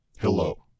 Hello